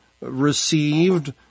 received